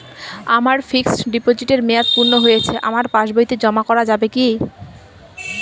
আমার ফিক্সট ডিপোজিটের মেয়াদ পূর্ণ হয়েছে আমার পাস বইতে জমা করা যাবে কি?